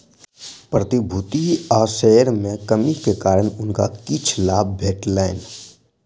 प्रतिभूति आ शेयर में कमी के कारण हुनका किछ लाभ भेटलैन